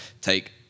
take –